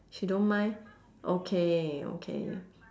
she don't mind okay okay